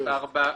סעיף 4?